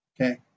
okay